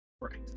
right